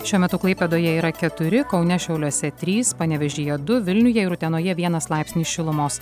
šiuo metu klaipėdoje yra keturi kaune šiauliuose trys panevėžyje du vilniuje ir utenoje vienas laipsnis šilumos